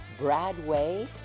Bradway